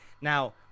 Now